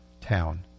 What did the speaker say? town